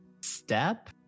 step